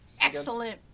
Excellent